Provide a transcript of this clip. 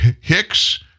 Hicks